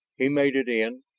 he made it in,